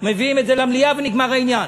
מביאים את זה למליאה, ונגמר העניין.